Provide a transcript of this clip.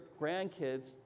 grandkids